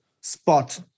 spot